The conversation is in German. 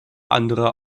anderer